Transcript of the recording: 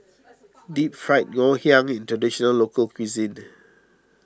Deep Fried Ngoh Hiang is a Traditional Local Cuisine